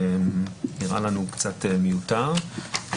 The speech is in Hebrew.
נראה לנו קצת מיותר.